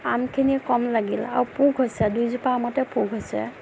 আমখিনি কম লাগিল আৰু পোক হৈছে দুইজোপা আমতে পোক হৈছে